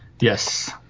Yes